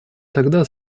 тогда